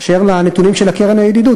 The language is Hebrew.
אשר לנתונים של הקרן לידידות,